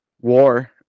war